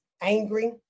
angry